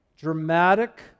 dramatic